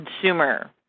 consumer